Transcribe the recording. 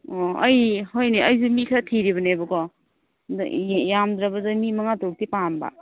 ꯑꯣ ꯑꯩ ꯍꯣꯏꯅꯦ ꯑꯩꯁꯨ ꯃꯤ ꯈꯔ ꯊꯤꯔꯤꯕꯅꯦꯕꯀꯣ ꯑꯗꯣ ꯌꯥꯝꯗ꯭ꯔꯕꯗ ꯃꯤ ꯃꯉꯥ ꯇꯔꯨꯛꯇꯤ ꯄꯥꯝꯕ